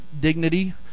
dignity